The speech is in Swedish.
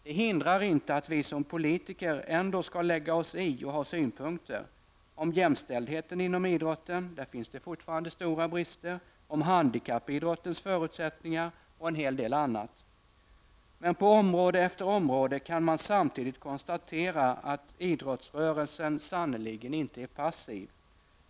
Det hindrar inte att vi som politiker ändå skall lägga oss i och ha synpunkter -- om jämställdheten inom idrotten, där det fortfarande finns stora brister, om handikappidrottens förutsättningar och om en hel del annat. Men på område efter område kan man samtidigt konstatera att idrottsrörelsen sannerligen inte är passiv.